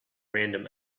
random